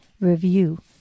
review